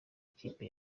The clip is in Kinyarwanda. ikipe